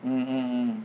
mm mm mm